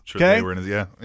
Okay